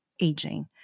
aging